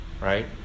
right